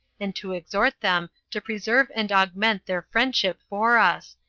and to exhort them to preserve and augment their friendship for us,